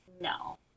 No